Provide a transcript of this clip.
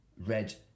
red